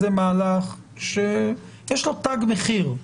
זה מהלך שיש לו תג מחיר.